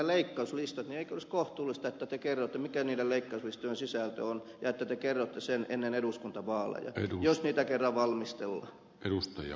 eikö olisi kohtuullista että te kerrotte mikä niiden leikkauslistojen sisältö on ja että te kerrotte sen ennen eduskuntavaaleja jos niitä kerran valmistellaan